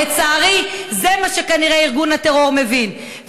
לצערי זה מה שכנראה ארגון הטרור מבין.